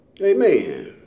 Amen